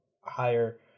higher